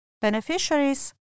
Beneficiaries